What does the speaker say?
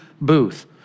booth